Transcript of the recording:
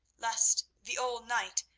lest the old knight,